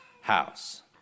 house